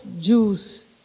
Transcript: Jews